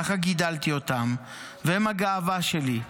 ככה גידלתי אותם והם הגאווה שלי,